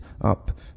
up